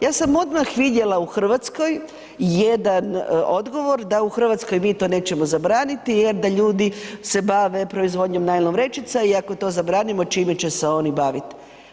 Ja sam odmah vidjela u Hrvatskoj jedan odgovor da u Hrvatskoj mi to nećemo zabraniti jer da se ljudi bave proizvodnjom najlon vrećica i ako to zabranimo čime će se oni baviti.